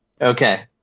Okay